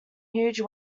huge